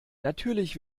natürlich